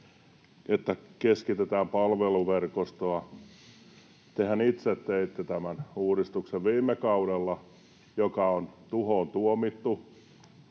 että keskitetään palveluverkostoa. Tehän itse teitte viime kaudella tämän uudistuksen, joka on tuhoon tuomittu.